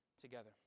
together